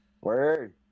Word